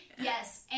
Yes